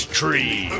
tree